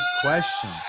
question